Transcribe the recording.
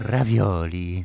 Ravioli